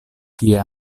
kie